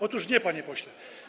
Otóż nie, panie pośle.